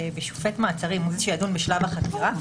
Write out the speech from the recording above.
בשופט מעצרים והוא זה שידון בשלב החקירה.